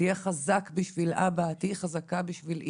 "תהיה חזק בשביל אבא", "תהיי חזקה בשביל אמא",